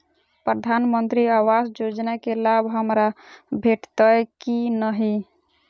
प्रधानमंत्री आवास योजना केँ लाभ हमरा भेटतय की नहि?